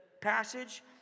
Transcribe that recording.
passage